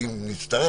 ואם נצטרך,